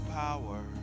power